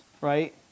right